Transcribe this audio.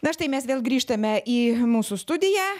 na štai mes vėl grįžtame į mūsų studiją